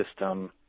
system